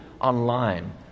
online